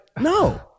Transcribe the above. No